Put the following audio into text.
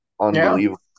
Unbelievable